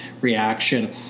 reaction